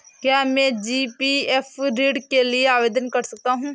क्या मैं जी.पी.एफ ऋण के लिए आवेदन कर सकता हूँ?